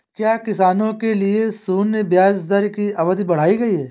क्या किसानों के लिए शून्य ब्याज दर की अवधि बढ़ाई गई?